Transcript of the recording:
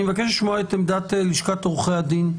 אני מבקש לשמוע את עמדת לשכת עורכי הדין.